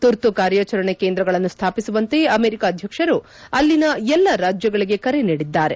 ತುರ್ತು ಕಾರ್ಯಾಚರಣೆ ಕೇಂದ್ರಗಳನ್ನು ಸ್ವಾಪಿಸುವಂತೆ ಅಮೆರಿಕ ಅಧ್ಯಕ್ಷರು ಅಲ್ಲಿನ ಎಲ್ಲಾ ರಾಜ್ಲಗಳಿಗೆ ಕರೆ ನೀಡಿದ್ದಾರೆ